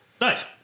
nice